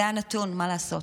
זה הנתון, מה לעשות,